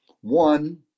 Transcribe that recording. One